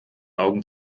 augen